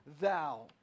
thou